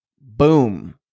boom